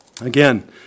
Again